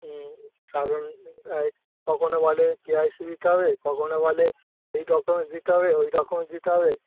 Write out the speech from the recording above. কারন কখনো বলে টি আই সি দিতে হবে কখনো বলে এই ডকুমেন্টস দিতে হবে ওই ডকুমেন্টস দিতে হবে